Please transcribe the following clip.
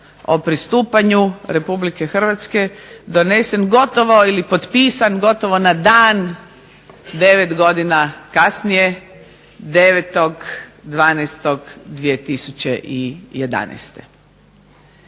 o pristupanju RH donesen gotovo ili potpisan gotovo na dan 9 godina kasnije 9.12.2011.